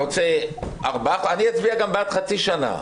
אצביע גם בעד חצי שנה